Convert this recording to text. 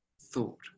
thought